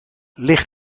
licht